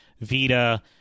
Vita